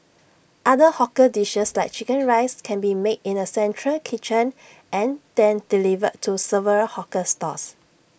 other hawker dishes like Chicken Rice can be made in A central kitchen and delivered to several hawker stalls